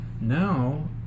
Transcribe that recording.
Now